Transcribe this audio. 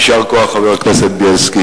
יישר כוח, חבר הכנסת בילסקי.